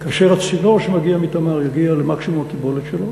כאשר הצינור שמגיע מ"תמר" יגיע למקסימום הקיבולת שלו.